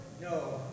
No